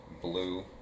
blue